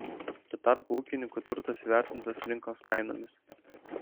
tuo tarpu ūkininkų turtas įvertintas rinkos kainomis